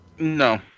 No